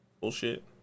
bullshit